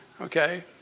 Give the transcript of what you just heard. Okay